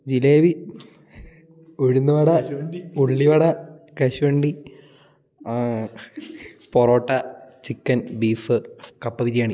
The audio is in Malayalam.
ജിലേബി ഉഴുന്ന് വട ഉള്ളി വട കശുവണ്ടി പൊറോട്ട ചിക്കൻ ബീഫ് കപ്പ ബിരിയാണി